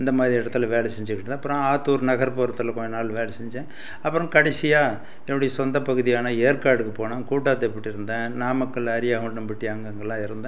இந்த மாதிரி இடத்துல வேலை செஞ்சிகிட்டுருந்தேன் அப்பறம் ஆத்தூர் நகர்ப்புரத்தில் கொஞ்ச நாள் வேலை செஞ்சேன் அப்புறம் கடைசியாக என்னுடைய சொந்த பகுதியான ஏற்காடுக்கு போனேன் கூட்டாத்தபட்டு இருந்தேன் நாமக்கல் அறியாங்கௌண்டம்பட்டி அங்கெல்லாம் இருந்தேன்